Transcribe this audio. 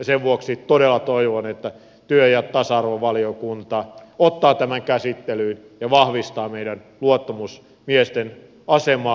sen vuoksi todella toivon että työ ja tasa arvovaliokunta ottaa tämän käsittelyyn ja vahvistaa meidän luottamusmiesten asemaa